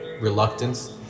reluctance